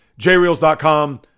jreels.com